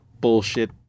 bullshit